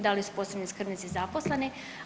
Da li su posebni skrbnici zaposleni?